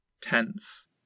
tense